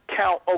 count